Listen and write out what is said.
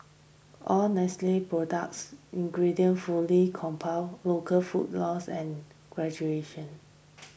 all Nestle product ingredients fully compound local food laws and graduation